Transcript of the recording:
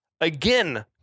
Again